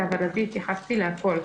להבנתי התייחסתי להכל.